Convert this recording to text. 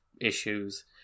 issues